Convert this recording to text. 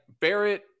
Barrett